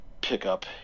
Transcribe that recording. pickup